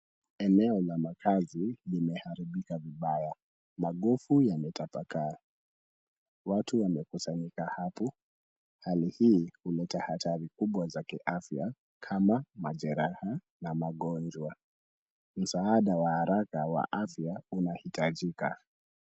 Eneo la makaazi limeharibika vibaya, magofu yametapakaa. Watu wamekusanyika hapo. Hali hii huleta hatari kubwa za kiafya, kama majeraha na magonjwa. Msaada wa haraka wa afya unahitajika.